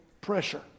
pressure